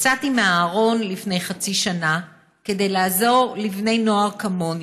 יצאתי מהארון לפני חצי שנה כדי לעזור לבני נוער כמוני,